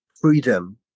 freedom